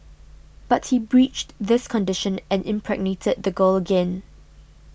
but he breached this condition and impregnated the girl again